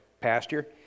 pasture